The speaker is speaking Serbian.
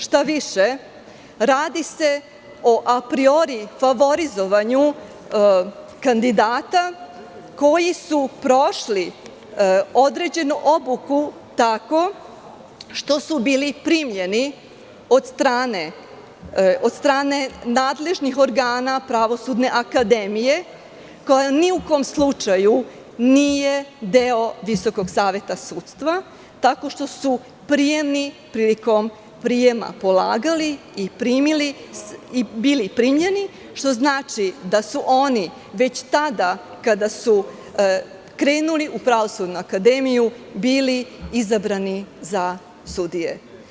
Štaviše, radi se o apriori favorizovanju kandidata koji su prošli određenu obuku tako što su bili primljeni od strane nadležnih organa Pravosudne akademije, koja ni u kom slučaju nije deo Visokog saveta sudstva, tako što su prijemni prilikom prijema polagali i bili primljeni, što znači da su oni već tada kada su krenuli u Pravosudnu akademiju bili izabrani za sudije.